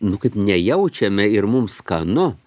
nu kaip nejaučiame ir mum skanu